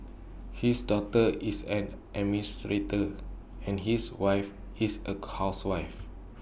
his daughter is an administrator and his wife is A housewife